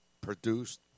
produced